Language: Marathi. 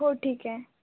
हो ठीक आहे